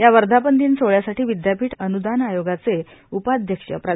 या वर्धापन दिन सोहळ्यासाठी विदयापीठ अन्दान आयोगाचे उपाध्यक्ष प्रा